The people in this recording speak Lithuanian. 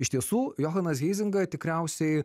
iš tiesų johanas heizinga tikriausiai